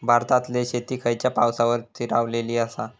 भारतातले शेती खयच्या पावसावर स्थिरावलेली आसा?